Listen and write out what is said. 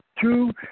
two